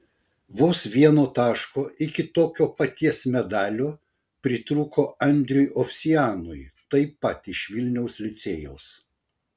vos vieno taško iki tokio paties medalio pritrūko andriui ovsianui taip pat iš vilniaus licėjaus